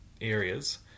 areas